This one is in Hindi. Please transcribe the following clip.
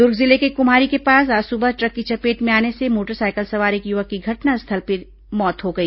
दुर्ग जिले के कुम्हारी के पास आज सुबह ट्रक की चपेट में आने से मोटर साइकिल सवार एक युवक की घटनास्थल पर ही मौत हो गई